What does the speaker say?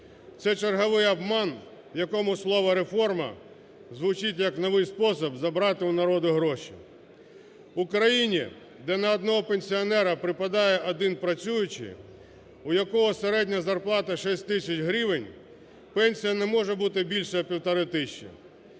Це черговий обман, в якому слово "реформа" звучить як новий спосіб забрати у народу гроші. У країні, де на одного пенсіонера припадає один працюючий, у якого середня зарплата 6 тисяч гривень, пенсія не може бути більше, як півтори тисячі.